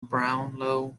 brownlow